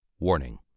Warning